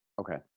Okay